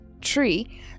tree